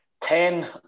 Ten